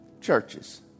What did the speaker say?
churches